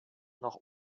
nach